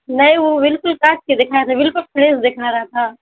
نہیں وہ بالکل کاٹ کے دکھائے تھے بالکل فریش دکھا رہا تھا